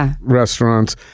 restaurants